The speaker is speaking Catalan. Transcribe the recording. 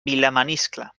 vilamaniscle